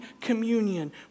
communion